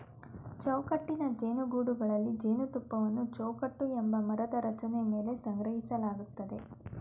ಚೌಕಟ್ಟಿನ ಜೇನುಗೂಡುಗಳಲ್ಲಿ ಜೇನುತುಪ್ಪವನ್ನು ಚೌಕಟ್ಟು ಎಂಬ ಮರದ ರಚನೆ ಮೇಲೆ ಸಂಗ್ರಹಿಸಲಾಗ್ತದೆ